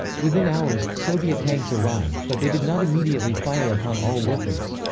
within hours, soviet tanks arrived, but they did not immediately fire upon all workers.